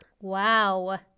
Wow